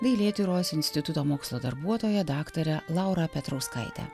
dailėtyros instituto mokslo darbuotoja daktare laura petrauskaite